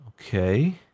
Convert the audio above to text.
okay